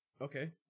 Okay